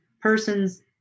person's